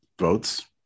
votes